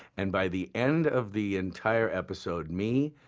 and by the end of the entire episode, me,